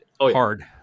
Hard